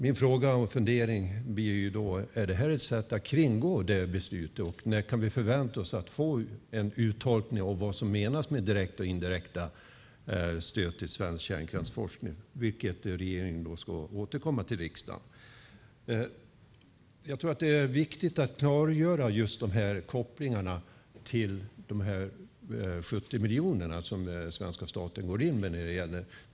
Min fråga och fundering blir: Är detta ett sätt att kringgå det beslutet? När kan vi förvänta oss att få en uttolkning av vad som menas med direkta och indirekta stöd till svensk kärnkraftsforskning, vilket regeringen ska återkomma med till riksdagen? Det är viktigt att klargöra de kopplingarna till de 70 miljoner som svenska staten går in med.